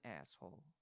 asshole